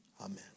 amen